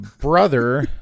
brother